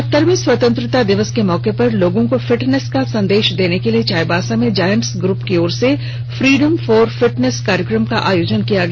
चौहतरवें स्वतंत्रता दिवस के मौके पर लोगों को फिटनेस का संदेश देने के लिए चाईबासा में जायंटस ग्रव की ओर से फ्रिडम फॉर फिटनेस कार्यक्रम का आयोजन किया गया